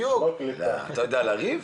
אתה יודע לריב,